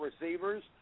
receivers